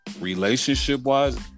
Relationship-wise